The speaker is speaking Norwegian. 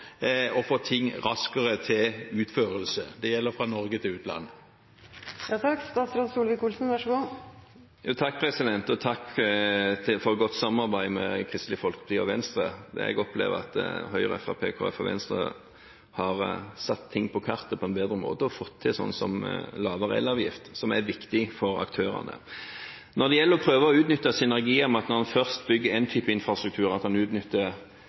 og å få ting raskere til utførelse? Det gjelder fra Norge til utlandet. Takk for godt samarbeid med Kristelig Folkeparti og Venstre. Jeg opplever at Høyre, Fremskrittspartiet, Kristelig Folkeparti og Venstre har satt ting på kartet på en bedre måte og fått til f.eks. lavere elavgift, som er viktig for aktørene. Når det gjelder å prøve å utnytte synergien, at en når en først bygger en type infrastruktur, utnytter ressursene som legges inn, til å bygge annen infrastruktur, i håp om å spare penger, er det